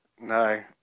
No